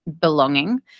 belonging